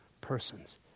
persons